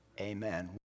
Amen